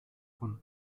von